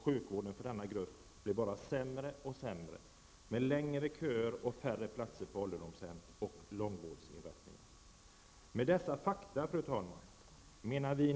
Sjukvården för denna grupp blir bara sämre och sämre med längre köer och färre platser på ålderdomshem och långvårdsinrättningar.